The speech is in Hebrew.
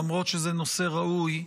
למרות שזה נושא ראוי,